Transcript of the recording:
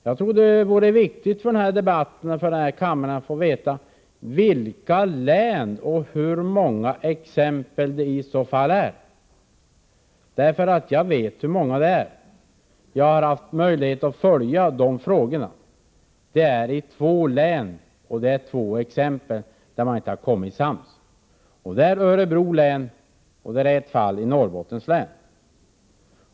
Jag tror att det är viktigt, med tanke på den här debatten, att ledamöterna av denna kammare får veta vilka län det handlar om och hur många exempel det rör sig om. Jag vet hur många de är, för jag har haft möjlighet att följa dessa frågor. I två län har man nämligen i två fall inte kunnat bli sams. Det gäller Örebro län och Norrbottens län.